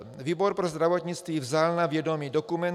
Výbor pro zdravotnictví vzal na vědomí dokument